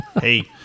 hey